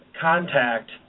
contact